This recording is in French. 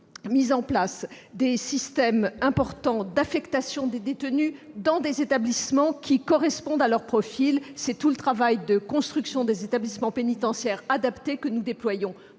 en place des systèmes d'affectation des détenus dans des établissements correspondant à leur profil- c'est tout le travail de construction d'établissements pénitentiaires adaptés que nous effectuons